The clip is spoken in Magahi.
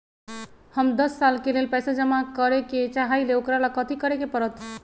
हम दस साल के लेल पैसा जमा करे के चाहईले, ओकरा ला कथि करे के परत?